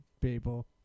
people